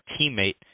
teammate